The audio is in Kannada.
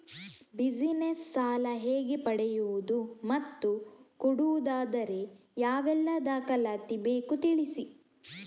ಬಿಸಿನೆಸ್ ಸಾಲ ಹೇಗೆ ಪಡೆಯುವುದು ಮತ್ತು ಕೊಡುವುದಾದರೆ ಯಾವೆಲ್ಲ ದಾಖಲಾತಿ ಬೇಕು ತಿಳಿಸಿ?